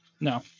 No